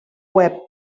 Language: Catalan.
web